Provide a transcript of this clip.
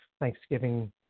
Thanksgiving